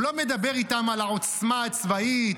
הוא לא מדבר איתם על העוצמה הצבאית,